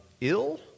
ill